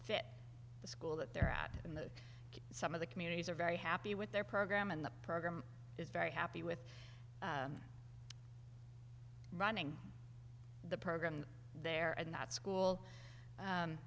fit the school that they're at in the some of the communities are very happy with their program and the program is very happy with running the program there and that school